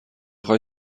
خوای